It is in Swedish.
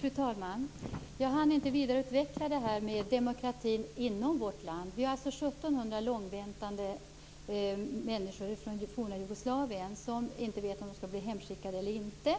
Fru talman! Jag hann inte vidareutveckla det jag sade om demokratin inom vårt land. Vi har här 1 700 långväntande människor från det forna Jugoslavien, som inte vet om de skall bli hemskickade eller inte.